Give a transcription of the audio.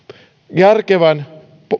järkevän